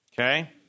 Okay